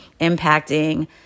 impacting